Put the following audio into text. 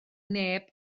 neb